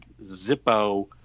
Zippo